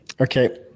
okay